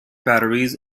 batteries